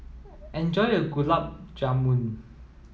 enjoy your Gulab Jamun